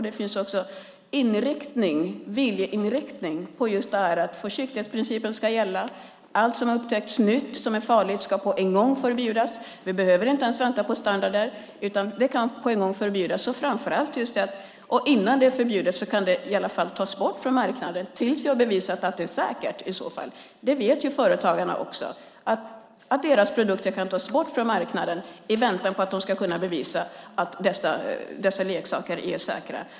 Det finns också en viljeinriktning på just att försiktighetsprincipen ska gälla. Allt nytt farligt som upptäcks ska på en gång förbjudas. Vi behöver inte ens vänta på standarder, utan det kan på en gång förbjudas. Och innan leksakerna förbjuds kan de i alla fall tas bort från marknaden tills det är bevisat att de är säkra. Företagarna vet också att deras produkter kan tas bort från marknaden i väntan på att de kan bevisa att de är säkra.